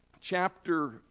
Chapter